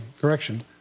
correction